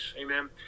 amen